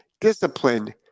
discipline